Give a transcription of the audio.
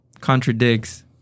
contradicts